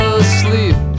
asleep